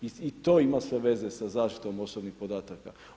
I to ima sve veze sa zaštitom osobnih podataka.